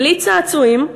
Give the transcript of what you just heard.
בלי צעצועים,